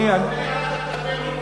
זה לא נכון,